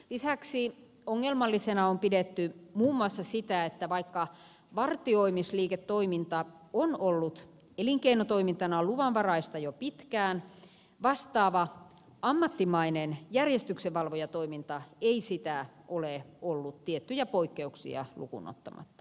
lisäksi ongelmallisena on pidetty muun muassa sitä että vaikka vartioimisliiketoiminta on ollut elinkeinotoimintana luvanvaraista jo pitkään vastaava ammattimainen järjestyksenvalvojatoiminta ei sitä ole ollut tiettyjä poikkeuksia lukuun ottamatta